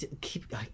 keep